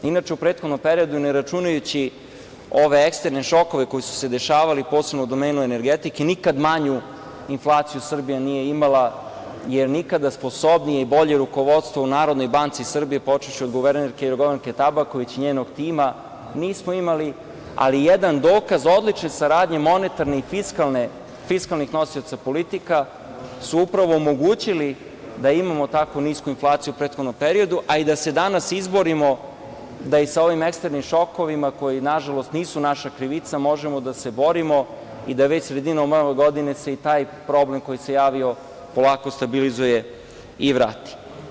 Inače, u prethodnom periodu, ne računajući ove eksterne šokove koji su se dešavali, posebno u domenu energetike, nikad manju inflaciju Srbija nije imala, jer nikada sposobnije i bolje rukovodstvo u Narodnoj banci Srbije, počevši od guvernerke Jorgovanke Tabaković i njenog tima, nismo imali, ali jedan dokaz odlične saradnje monetarnih i fiskalnih nosioca politika su upravo omogućili da imamo tako nisku inflaciju u prethodnom periodu, a i da se danas izborimo da i sa ovim eksternim šokovima koji nažalost nisu naša krivica, možemo da se borimo i da već sredinom ove godine se i taj problem koji se javio polako stabilizuje i vrati.